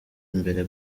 imbere